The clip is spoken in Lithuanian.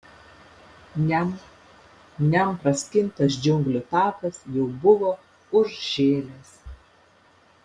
niam niam praskintas džiunglių takas jau buvo užžėlęs